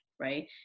Right